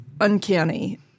uncanny